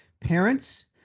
Parents